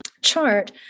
chart